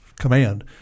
command